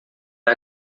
era